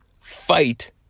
fight